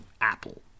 Apple